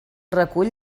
recull